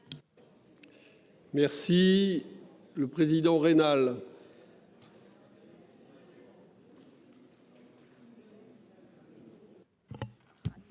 Merci. Le président rénale.